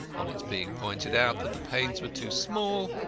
on its being pointed out that the panes were too small,